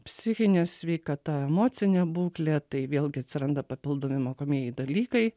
psichinė sveikata emocinė būklė tai vėlgi atsiranda papildomi mokomieji dalykai